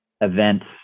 events